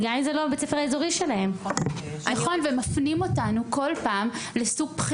גם אם זה לא בית הספר האזורי שלהם.) נכון,